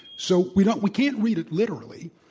so we don't we can't read it literally.